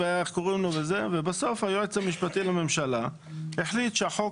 ובסוף היועץ המשפטי לממשלה החליט שהחוק